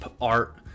art